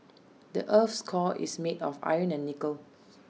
the Earth's core is made of iron and nickel